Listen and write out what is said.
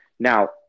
Now